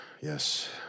Yes